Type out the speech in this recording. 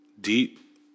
deep